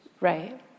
Right